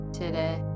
today